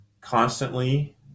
constantly